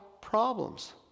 problems